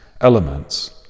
elements